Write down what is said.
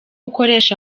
ukoresha